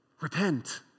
Repent